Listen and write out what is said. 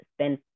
spend